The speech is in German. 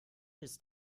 ist